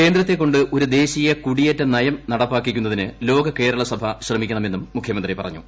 കേന്ദ്രത്തെക്കൊണ്ട് ഒരു് ദേശീയ കുടിയേറ്റ നയം നടപ്പാക്കിക്കുന്നതിന് ലോക കേരള സഭ ശ്രമിക്കണമെന്നും മുഖ്യമന്ത്രി പറഞ്ഞു